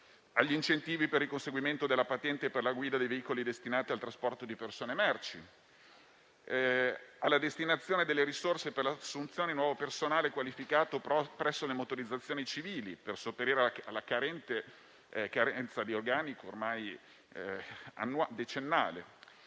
agli incentivi per il conseguimento della patente per la guida dei veicoli destinati al trasporto di persone e merci; alla destinazione delle risorse per l'assunzione di nuovo personale qualificato presso le motorizzazioni civili, per sopperire alla carenza di organico ormai decennale.